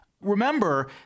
Remember